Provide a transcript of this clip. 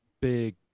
big